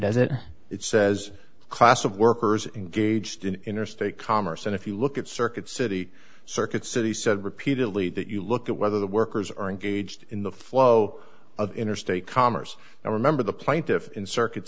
does it it says class of workers engaged in interstate commerce and if you look at circuit city circuit city said repeatedly that you look at whether the workers are engaged in the flow of interstate commerce and remember the plaintiffs in circuit